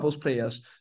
players